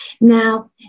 Now